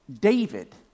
David